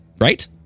Right